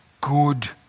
good